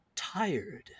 tired